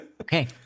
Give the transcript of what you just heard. Okay